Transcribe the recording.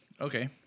Okay